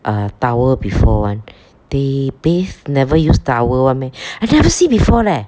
uh towel before one they bathe never use towel one meh I never see before leh